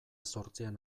zortzian